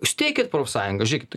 steikit profsąjungą žiūrėkit